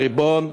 הריבון,